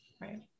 Right